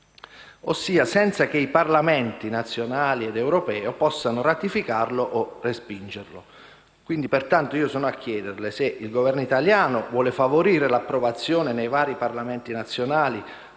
ossia senza che i Parlamenti nazionali ed europeo possano ratificarlo o respingerlo. Pertanto, signor Ministro, sono a chiederle se il Governo italiano vuole favorire l'approvazione nei vari Parlamenti nazionali